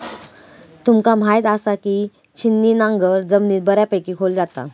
तुमका म्हायत आसा, की छिन्नी नांगर जमिनीत बऱ्यापैकी खोल जाता